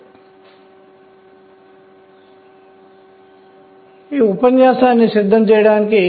దీనితో నేను ఈ ఉపన్యాసాన్ని ముగిస్తాను